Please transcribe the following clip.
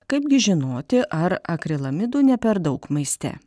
kaipgi žinoti ar akrilamidų ne per daug maiste